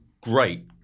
great